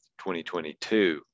2022